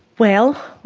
well,